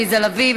עליזה לביא.